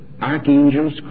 archangels